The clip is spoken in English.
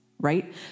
right